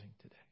today